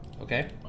Okay